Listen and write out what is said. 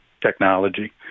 technology